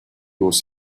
was